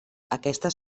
aquestes